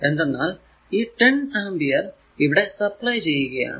എന്തെന്നാൽ ഈ 10 ആമ്പിയർ ഇവിടെ സപ്ലൈ ചെയ്യുകയാണ്